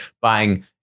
buying